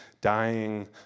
dying